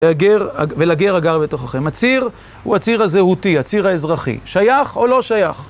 ולגר הגר בתוככם. הציר הוא הציר הזהותי, הציר האזרחי. שייך או לא שייך?